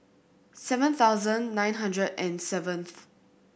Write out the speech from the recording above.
seven thousand nine hundred and seventh